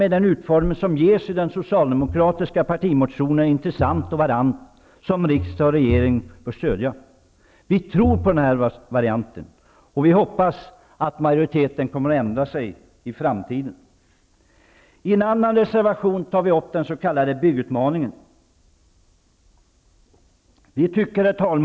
Med den utformning som det ges i den socialdemokratiska partimotionen är det en intressant variant som riksdag och regering bör stödja. Vi tror på den varianten, och vi hoppas att majoriteten kommer att ändra sig i framtiden. Vi tar upp den s.k. byggutmaningen i en annan reservation.